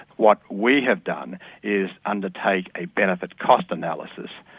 what we have done is undertake a benefit cost analysis,